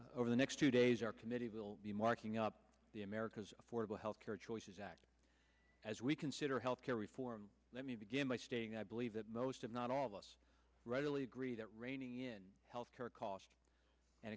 kline over the next two days our committee will be marking up the america's affordable health care choices act as we consider health care reform let me begin by stating i believe that most if not all of us readily agree that reining in health care costs and